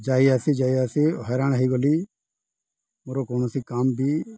ଯାଇ ଆସି ଯାଇ ଆସି ହଇରାଣ ହୋଇଗଲି ମୋର କୌଣସି କାମ ବି